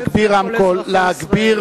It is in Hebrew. להגביר